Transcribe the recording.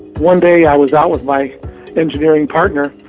one day i was out with my engineering partner,